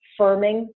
firming